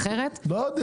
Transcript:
אחרת אין טעם.